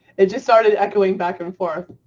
it just started echoing back and forth.